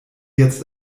jetzt